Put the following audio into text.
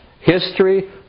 History